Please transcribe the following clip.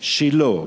שילה,